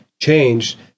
changed